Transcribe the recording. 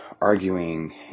arguing